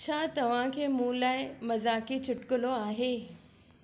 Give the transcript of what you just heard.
छा तव्हां खे मूं लाइ मज़ाक़ी चुटकुलो आहे